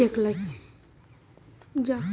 एक फल नारंगी के तरह दिखे वाला पीला फल होबा हई